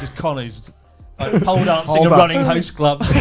just connor's, like pole dancing and running house clubs.